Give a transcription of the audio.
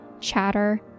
Chatter